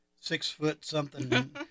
six-foot-something